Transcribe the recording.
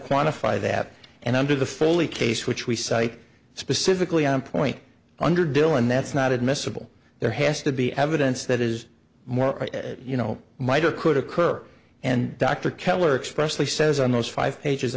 quantify that and under the foley case which we cite specifically on point under dylan that's not admissible there has to be evidence that is more you know might or could occur and dr keller expressly says on those five pages